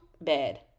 bed